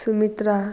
Sumitra